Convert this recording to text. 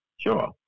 Sure